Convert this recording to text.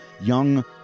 young